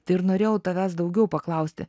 tai ir norėjau tavęs daugiau paklausti